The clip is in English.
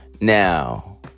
Now